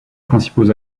principaux